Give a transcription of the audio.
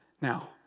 Now